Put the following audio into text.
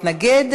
להתנגד,